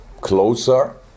closer